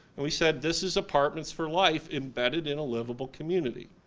and we said this is apartments for life embedded in a liveable community.